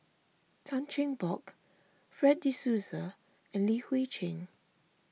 Tan Cheng Bock Fred De Souza and Li Hui Cheng